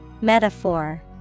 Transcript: metaphor